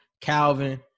Calvin